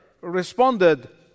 responded